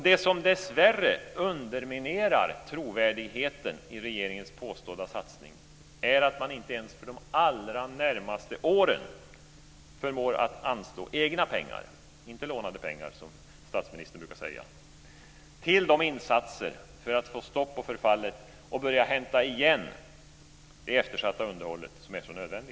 Det som dessvärre underminerar trovärdigheten i regeringens påstådda satsning är att man inte ens för de allra närmaste åren förmår att anslå egna pengar - inte lånade pengar, som statsministern brukar säga - till de insatser som är så nödvändiga för att få stopp på förfallet och börja hämta igen på det eftersatta underhållet.